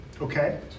Okay